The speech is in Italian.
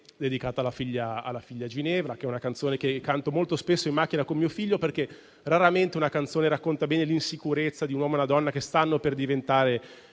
dedicata alla figlia Ginevra. È una canzone che canto spesso in macchina con mio figlio, perché raramente una canzone racconta bene l'insicurezza di un uomo e di una donna che stanno per diventare